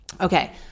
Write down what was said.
Okay